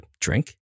drink